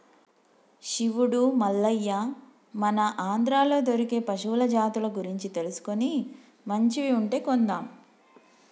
శివుడు మల్లయ్య మన ఆంధ్రాలో దొరికే పశువుల జాతుల గురించి తెలుసుకొని మంచివి ఉంటే కొందాం